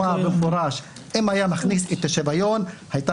הזכות לשוויון נמצאת